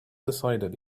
decided